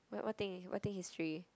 what what thing what thing history